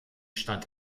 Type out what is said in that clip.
stand